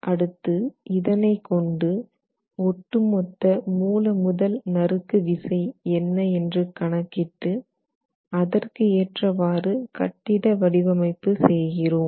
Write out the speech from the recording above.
அடுத்து இதனை கொண்டு ஒட்டு மொத்த மூல முதல் நறுக்கு விசை என்ன என்று கணக்கிட்டு அதற்கு ஏற்றவாறு கட்டிட வடிவமைப்பு செய்கிறோம்